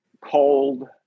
cold